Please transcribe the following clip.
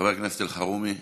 חבר הכנסת אלחרומי,